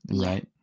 Right